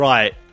Right